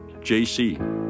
JC